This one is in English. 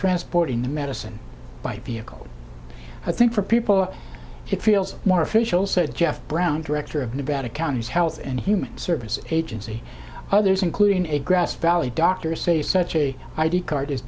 transporting the medicine by vehicle i think for people it feels more official said jeff brown director of nevada county's health and human services agency others including a grass valley doctors say such a id card is